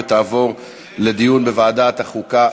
ותעבור לדיון בוועדת החוקה,